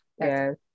Yes